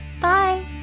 Bye